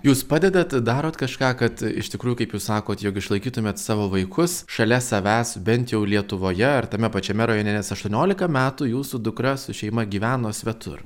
jūs padedat darot kažką kad iš tikrųjų kaip jūs sakot jog išlaikytumėt savo vaikus šalia savęs bent jau lietuvoje ar tame pačiame rajone nes aštuoniolika metų jūsų dukra su šeima gyveno svetur